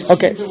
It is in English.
Okay